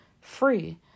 Free